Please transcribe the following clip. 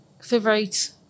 favorite